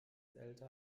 älter